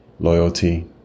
loyalty